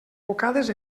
bocades